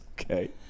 Okay